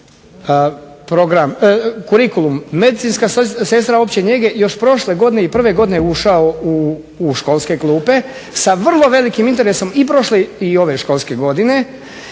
kurikulum, medicinska sestra opće njege još prošle godine i prve godine je ušao u školske klupe sa vrlo velikim interesom i ove i prošle školske godine